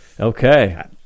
Okay